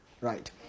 Right